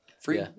free